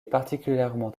particulièrement